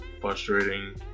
frustrating